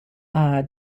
are